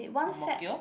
Ang-Mo-Kio